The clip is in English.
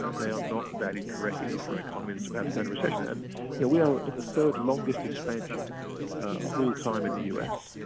they are not valued correctly for an economy that's about to go into recession. and yeah we are in the third longest expansion of all time in the u s.